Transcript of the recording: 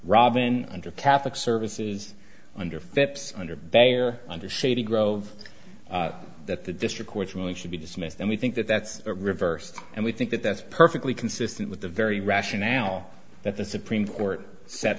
robin under catholic services under fit under bay or under say grove that the district courts really should be dismissed and we think that that's reversed and we think that that's perfectly consistent with the very rationale that the supreme court set